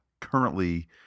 currently